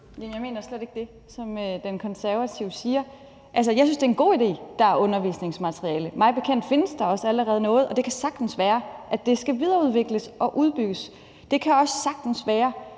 Jeg mener slet ikke det, som den konservative ordfører siger. Jeg synes, det er en god idé, at der er undervisningsmateriale. Mig bekendt findes der også allerede noget, og det kan sagtens være, at det skal videreudvikles og udbygges. Det kan også sagtens være,